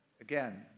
again